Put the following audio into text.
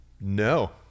no